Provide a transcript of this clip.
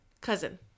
Cousin